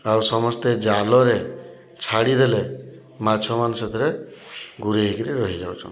ଆଉ ସମସ୍ତେ ଜାଲରେ ଛାଡ଼ିଦେଲେ ମାଛ ମାନ୍ ସେଥେରେ ଗୁରେଇ ହେଇକିରି ରହିଯାଉଛନ୍